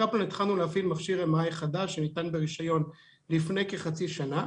שם התחלנו להפעיל מכשיר MRI חדש שניתן ברישיון לפני כחצי שנה,